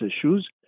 issues